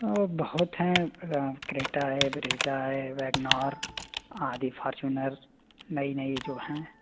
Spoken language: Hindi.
वह बहुत हैं क्रेटा है ब्रीजा है वेगनोर आदि फॉर्च्यूनर नई नई जो हैं